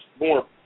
more